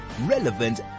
Relevant